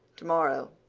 tomorrow.